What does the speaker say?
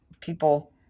people